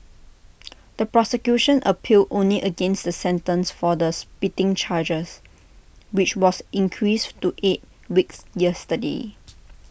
the prosecution appealed only against the sentence for the spitting chargers which was increased to eight weeks yesterday